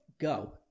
go